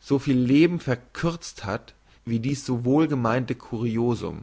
so viele leben verkürzt hat wie dies so wohlgemeinte curiosum